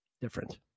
different